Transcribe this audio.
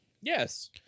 Yes